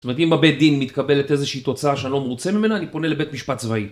זאת אומרת, אם בבית דין מתקבלת איזושהי תוצאה שאני לא מרוצה ממנה, אני פונה לבית משפט צבאי.